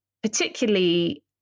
particularly